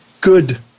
good